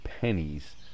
pennies